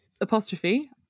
Apostrophe